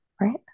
right